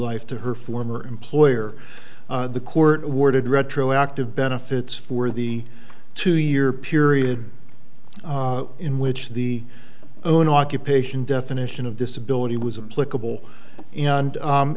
life to her former employer the court awarded retroactive benefits for the two year period in which the own occupation definition of disability was a political and